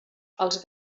els